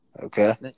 Okay